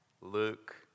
Luke